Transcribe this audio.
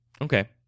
Okay